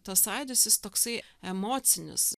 tas sąjūdis jis toksai emocinis